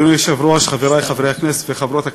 אדוני היושב-ראש, חברי חברי הכנסת וחברות הכנסת,